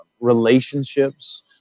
relationships